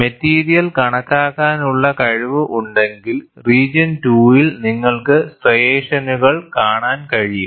material കാണിക്കാനുള്ള കഴിവ് ഉണ്ടെങ്കിൽ റീജിയൺ 2 ൽ നിങ്ങൾക്ക് സ്ട്രൈഷനുകൾ കാണാൻ കഴിയും